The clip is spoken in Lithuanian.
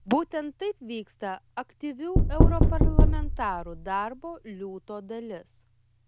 būtent taip vyksta aktyvių europarlamentarų darbo liūto dalis